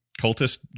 cultist